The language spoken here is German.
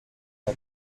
der